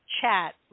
chat